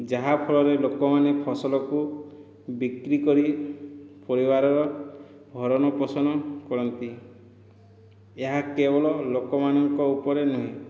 ଯାହାଫଳରେ ଲୋକମାନେ ଫସଲକୁ ବିକ୍ରିକରି ପରିବାରର ଭରଣ ପୋଷଣ କରନ୍ତି ଏହା କେବଳ ଲୋକମାନଙ୍କ ଉପରେ ନୁହେଁ